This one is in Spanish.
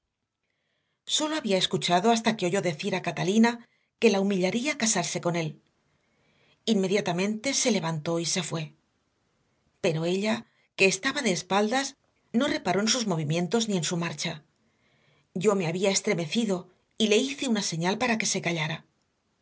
sólo había escuchado hasta que oyó decir a catalina que la humillaría casarse con él inmediatamente se levantó y se fue pero ella que estaba de espaldas no reparó en sus movimientos ni en su marcha yo me había estremecido y le hice una señal para que se callara